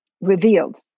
revealed